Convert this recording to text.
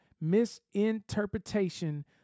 misinterpretation